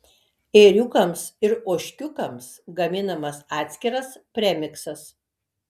ėriukams ir ožkiukams gaminamas atskiras premiksas